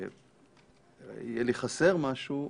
יהיה לי חסר משהו,